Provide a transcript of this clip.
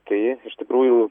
tai iš tikrųjų